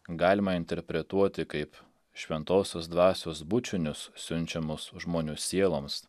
galima interpretuoti kaip šventosios dvasios bučinius siunčiamus žmonių sieloms